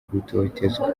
gutotezwa